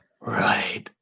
Right